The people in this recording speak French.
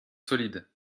solides